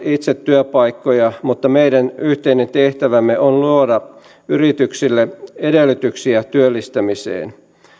itse työpaikkoja mutta meidän yhteinen tehtävämme on luoda yrityksille edellytyksiä työllistämiseen